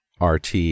RT